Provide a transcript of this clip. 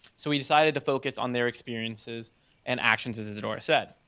so we decided to focus on their experiences and actions as isadora said.